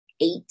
eight